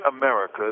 America